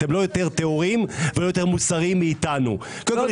אתם לא יותר טהורים ולא יותר מוסריים מאיתנו --- לא יודע,